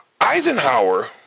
Eisenhower